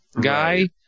guy